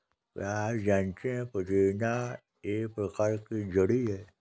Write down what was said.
क्या आप जानते है पुदीना एक प्रकार की जड़ी है